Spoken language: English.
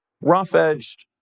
rough-edged